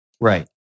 Right